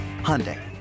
Hyundai